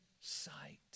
sight